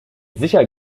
sicher